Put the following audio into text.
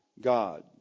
God